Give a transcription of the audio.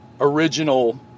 original